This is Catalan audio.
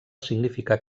significar